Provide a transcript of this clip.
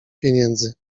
pieniędzy